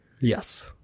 Yes